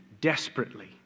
desperately